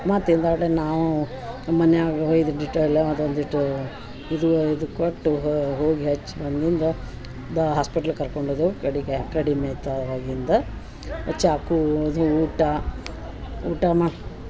ಮತ್ತೆ ಹಿಂದಗಡೆ ನಾವು ಮನ್ಯಾಗ ಹೊಯ್ದ ಡಿಟೈಲ ಅದೊಂದಿಟ್ಟೂ ಇದುವ ಇದು ಕೊಟ್ಟು ಹೋಗಿ ಹಚ್ಚಿ ಬಂದಿಂದ ದಾ ಹಾಸ್ಪೆಟ್ಲ್ ಕರ್ಕೊಂಡು ಹೋದೆವು ಕಡಿಕೆ ಕಡಿಮೆ ಆಯ್ತ ಆವಾಗಿಂದ ಚಾಕೂದ ಊಟ ಊಟ ಮಾಡಿ